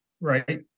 Right